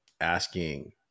asking